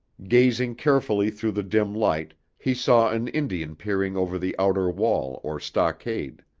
gazing carefully through the dim light, he saw an indian peering over the outer wall or stockade.